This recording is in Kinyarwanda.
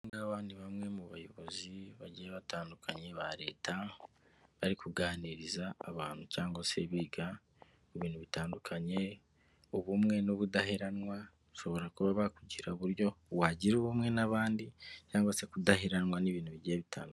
Aba ngaba ni bamwe mu bayobozi bagiye batandukanye ba Leta, bari kuganiriza abantu cyangwa se biga ku bintu bitandukanye, ubumwe n'ubudaheranwa, bashobora kuba bakugira uburyo wagira ubumwe n'abandi, cyangwa se kudaheranwa n'ibintu bigiye bitandukanye.